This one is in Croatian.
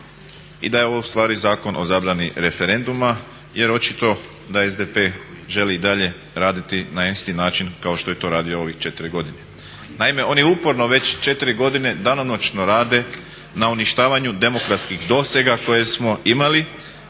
i da je ovo ustvari zakon o zabrani referenduma jer očito da SDP želi i dalje raditi na isti način kao što je to radio ove 4 godine. Naime, oni uporno već 4 godine danonoćno rade na uništavanju demokratskih dosega koje smo imali,